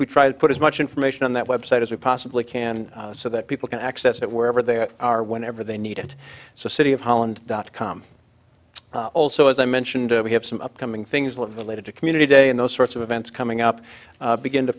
we try to put as much information on that website as we possibly can so that people can access it wherever they are whenever they need it so city of holland dot com also as i mentioned we have some upcoming things live the latest of community day and those sorts of events coming up begin to